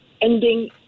ending